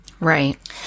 Right